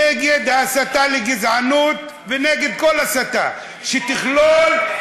נגד ההסתה לגזענות ונגד כל הסתה שתכלול,